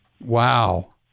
Wow